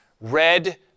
red